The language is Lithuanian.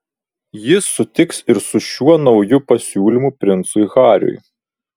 jis sutiks ir su šiuo nauju pasiūlymu princui hariui